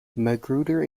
magruder